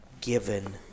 given